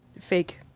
fake